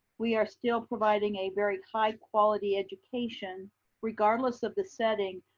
we are still providing a very high quality education regardless of the setting.